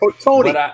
Tony